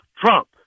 Trump